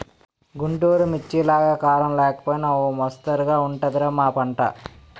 గుంటూరు మిర్చిలాగా కారం లేకపోయినా ఓ మొస్తరుగా ఉంటది రా మా పంట